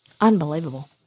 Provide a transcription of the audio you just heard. unbelievable